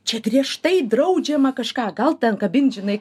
čia griežtai draudžiama kažką gal ten kabint žinai